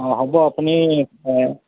অঁ হ'ব আপুনি অঁ